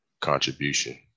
contribution